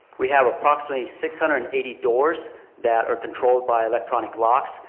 we have approximately six hundred and eighty doors that are controlled by electronic locks.